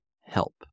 help